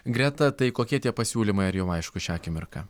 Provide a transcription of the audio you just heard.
greta tai kokie tie pasiūlymai ar jau aišku šią akimirką